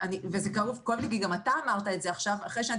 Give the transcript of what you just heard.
וזה --- כי גם אתה אמרת את זה עכשיו אחרי שאני